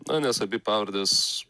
na nes abi pavardės